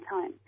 time